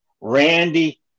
Randy